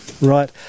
Right